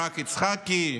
ברק יצחקי,